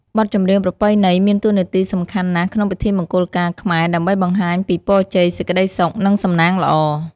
បទចម្រៀងប្រពៃណីមានតួនាទីសំខាន់ណាស់ក្នុងពិធីមង្គលការ ខ្មែរ ដើម្បីបង្ហាញពីពរជ័យ សេចក្ដីសុខ និងតំណាងល្អ។